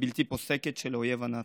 ובלתי פוסקת של האויב הנאצי.